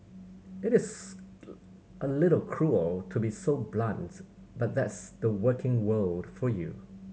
it is a little cruel to be so blunt but that's the working world for you